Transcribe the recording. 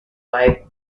life